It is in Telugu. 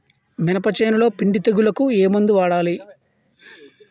మినప చేనులో పిండి తెగులుకు ఏమందు వాడాలి?